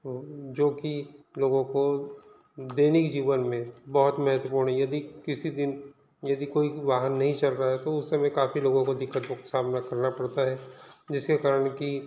जोकि लोगों को दैनिक जीवन में बहुत महत्वपूर्ण यदि किसी दिन यदि कोई वाहन नहीं चल रहा है तो उस समय काफ़ी लोगों को दिक़्क़तों का सामना करना पड़ता है जिसके कारण कि